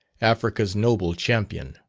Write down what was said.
africa's noble champion.